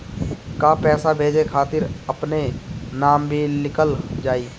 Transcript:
का पैसा भेजे खातिर अपने नाम भी लिकल जाइ?